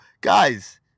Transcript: guys